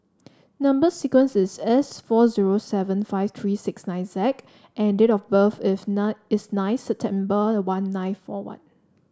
number sequence is S four zero seven five three six nine Z and date of birth is nine is nine September one nine four one